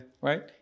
right